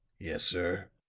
yes, sir,